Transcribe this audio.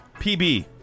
PB